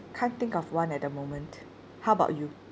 can't think of one at the moment how about you